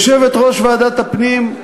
יושבת-ראש ועדת הפנים,